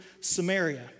Samaria